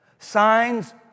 Signs